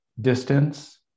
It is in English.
distance